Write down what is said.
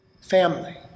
family